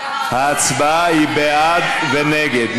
ההצבעה היא בעד ונגד.